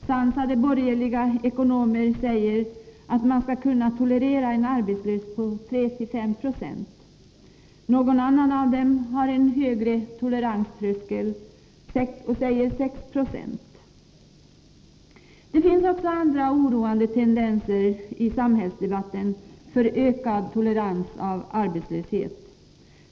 Sansade borgerliga ekonomer säger att man skall kunna tolerera en arbetslöshet på 3 till 5 20. Någon har en högre toleranströskel och säger 6 Jo. Det finns i samhällsdebatten också andra oroande tendenser till ökad tolerans mot arbetslöshet.